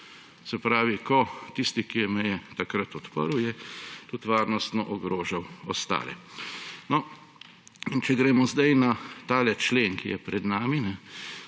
Slovenije. Tisti, ki je meje takrat odprl, je tudi varnostno ogrožal ostale. In če gremo zdaj na tale člen, ki je pred nami.